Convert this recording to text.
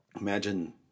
Imagine